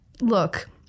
look